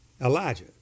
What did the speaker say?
Elijah